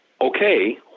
Okay